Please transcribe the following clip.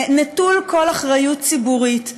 נטול כל אחריות ציבורית,